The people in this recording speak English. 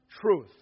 truth